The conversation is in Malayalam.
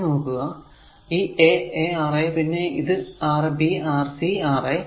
ഇനി നോക്കുക a a R aപിന്നെ ഇത് Rb Rc Ra